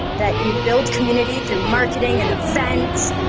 that you build community through marketing and events,